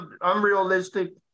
unrealistic